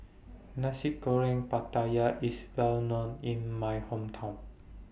Nasi Goreng Pattaya IS Well known in My Hometown